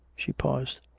she paused.